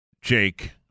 Jake